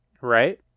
Right